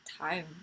time